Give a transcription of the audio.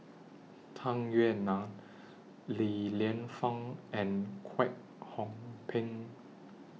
Tung Yue Nang Li Lienfung and Kwek Hong Png